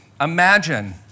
Imagine